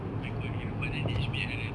oh my god you know but then H_B_L kan